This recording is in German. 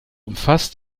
umfasst